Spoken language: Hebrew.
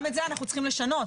גם את זה אנחנו צריכים לשנות,